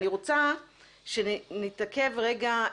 אני רוצה שנתעכב רגע,